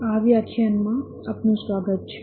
આ વ્યાખ્યાનમાં આપનું સ્વાગત છે